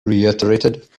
reiterated